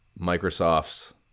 Microsoft's